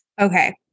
Okay